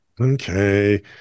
Okay